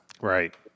Right